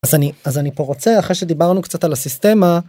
אז אני אז אני פה רוצה אחרי שדיברנו קצת על הסיסטמה.